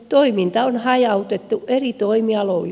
toiminta on hajautettu eri toimialoille